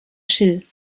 schill